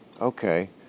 Okay